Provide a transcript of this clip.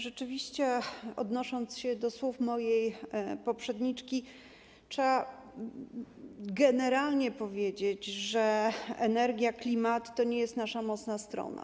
Rzeczywiście odnosząc się do słów mojej poprzedniczki, trzeba generalnie powiedzieć, że energia, klimat to nie jest nasza mocna strona.